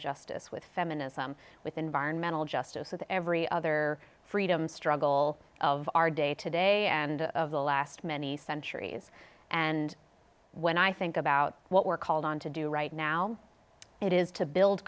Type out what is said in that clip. justice with feminism with environmental justice with every other freedom struggle of our day today and of the last many centuries and when i think about what we're called on to do right now it is to build